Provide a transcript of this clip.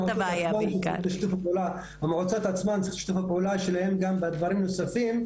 צריך את שיתוף הפעולה של המועצות עצמן גם בדברים אחרים,